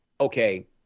okay